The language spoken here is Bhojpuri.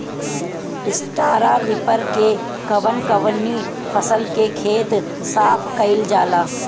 स्टरा रिपर से कवन कवनी फसल के खेत साफ कयील जाला?